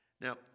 Now